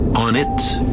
on it,